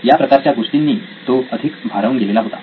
या प्रकारच्या गोष्टींनी तो अगदी भारावून गेलेला होता